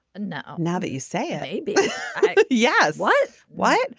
now now that you say but yes. why. why.